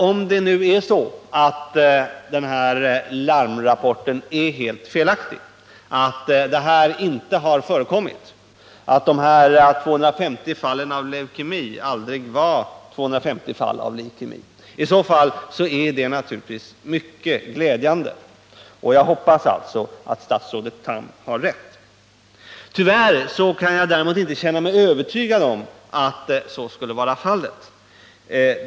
Om det nu är så att larmrapporten är helt felaktig, att ökningen inte har förekommit, att de här 250 fallen aldrig var 250 fall av leukemi, är det naturligtvis mycket glädjande, och jag hoppas alltså att statsrådet Tham har rätt. Tyvärr kan jag däremot inte känna mig övertygad om att så skulle vara fallet.